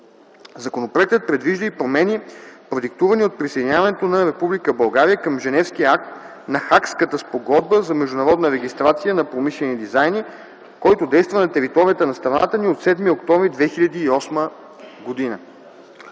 Законопроектът предвижда и промени, продиктувани от присъединяването на Република България към Женевския акт на Хагската спогодба за международна регистрация на промишлени дизайни, който действа на територията на страната ни от 7 октомври 2008 г.